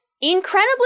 incredibly